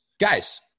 Guys